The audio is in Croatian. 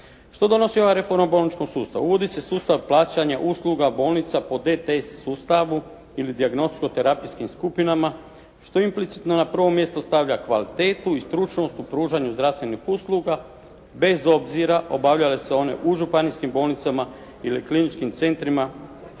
Što donosi ova reforma o bolničkom sustavu? Uvodi se sustav plaćanja usluga bolnica po DTS sustavu ili dijagnostičko-terapijskim skupinama što implicitno na prvo mjesto stavlja kvalitetu i stručnost u pružanju zdravstvenih usluga bez obzira obavljale se one u županijskim bolnicama ili kliničkim centrima.